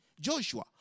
Joshua